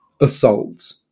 assault